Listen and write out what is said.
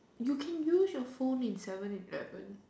you can use your phone in seven eleven